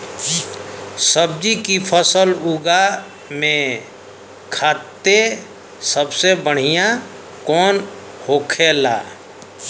सब्जी की फसल उगा में खाते सबसे बढ़ियां कौन होखेला?